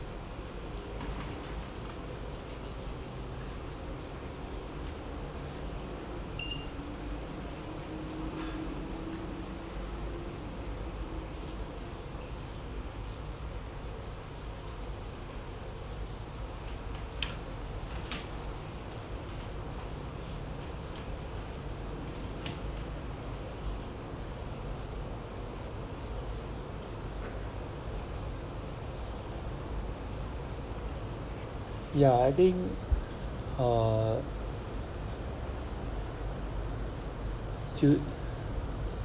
ya I think uh